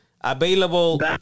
Available